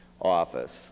office